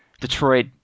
Detroit